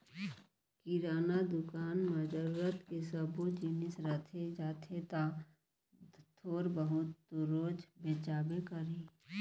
किराना दुकान म जरूरत के सब्बो जिनिस रखे जाथे त थोर बहुत तो रोज बेचाबे करही